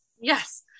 Yes